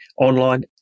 online